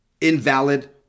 invalid